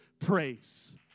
praise